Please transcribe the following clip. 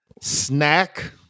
Snack